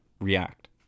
react